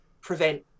prevent